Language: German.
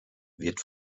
wird